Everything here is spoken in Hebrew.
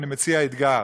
אני מציע אתגר: